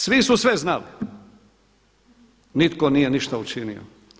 Svi su sve znali, nitko nije ništa učinio.